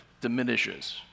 diminishes